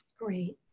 Great